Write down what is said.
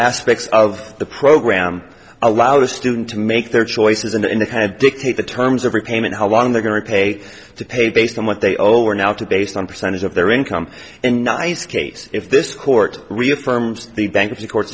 aspects of the program allow the student to make their choices and in the kind of dictate the terms of repayment how long they're going to pay to pay based on what they owe are now to based on percentage of their income and nice case if this court reaffirms the bankruptcy court